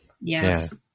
Yes